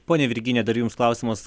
ponia virginija dar jums klausimas